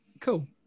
cool